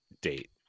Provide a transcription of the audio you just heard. date